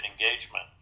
engagement